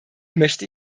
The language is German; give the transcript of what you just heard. möchte